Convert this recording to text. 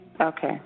Okay